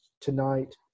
tonight